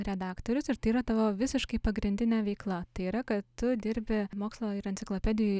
redaktorius ir tai yra tavo visiškai pagrindinė veikla tai yra kad tu dirbi mokslo ir enciklopedijų